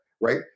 right